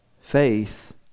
faith